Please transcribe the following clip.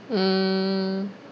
mm